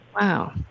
Wow